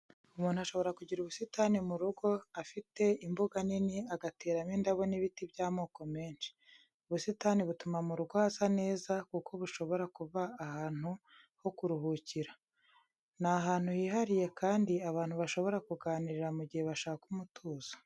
Umuntu ashobora kugira ubusitani mu rugo, afite imbuga nini, agateramo indabo n'ibiti by'amoko menshi. Ubusitani butuma mu rugo hasa neza, kuko bushobora kuba ahantu ho kuruhukira. Ni ahantu hihariye kandi abantu bashobora kuganirira mu gihe bashaka umutuzo.